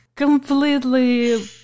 Completely